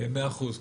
מאה אחוז.